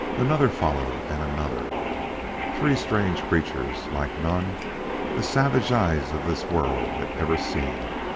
another followed, and another three strange creatures like none the savage eyes of this world had ever seen.